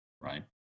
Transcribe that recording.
right